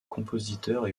compositeurs